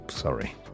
Sorry